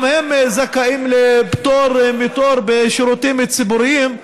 גם הם זכאים לפטור מתור בשירותים ציבוריים.